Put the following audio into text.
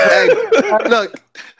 Look